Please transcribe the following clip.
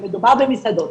כשמדובר במסעדות,